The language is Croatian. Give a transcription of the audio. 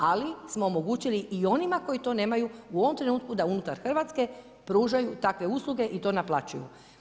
Ali smo omogućili i onima koji to nemaju u ovom trenutku da unutar Hrvatske pružaju takve usluge i to naplaćuju.